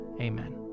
amen